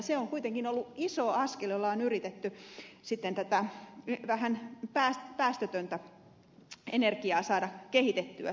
se on kuitenkin ollut iso askel jolla on yritetty vähän päästötöntä energiaa saada kehitettyä suomessa